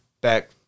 back